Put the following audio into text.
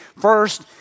First